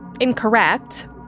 incorrect